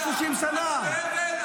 אתה באבל על נסראללה?